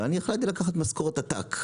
אבל אני החלטתי לקחת משכורות עתק,